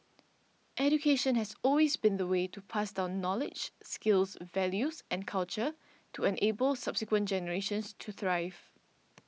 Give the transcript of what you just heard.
education has always been the way to pass down knowledge skills values and culture to enable subsequent generations to thrive